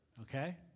Okay